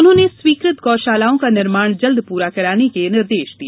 उन्होंने स्वीकृत गौ शालाओं का निर्माण जल्द पूरा कराने के निर्देश दिए